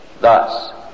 Thus